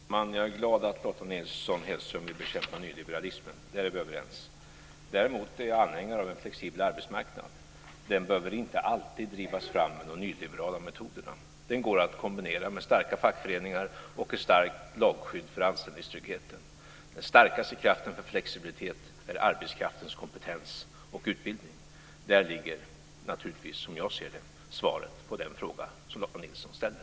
Fru talman! Jag är glad åt att Lotta Nilsson Hedström vill bekämpa nyliberalismen. Där är vi överens. Däremot är jag anhängare av en flexibel arbetsmarknad. Den behöver inte alltid drivas fram med de nyliberala metoderna. Den går att kombinera med starka fackföreningar och ett starkt lagskydd när det gäller anställningstryggheten. Den starkaste kraften för flexibilitet är arbetskraftens kompetens och utbildning. Där ligger, som jag ser det, naturligtvis svaret på den fråga som Lotta Nilsson ställer.